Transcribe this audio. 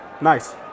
Nice